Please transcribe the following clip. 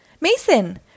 Mason